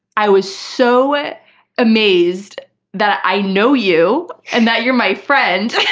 i was so amazed that i know you, and that you're my friend,